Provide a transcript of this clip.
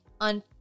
on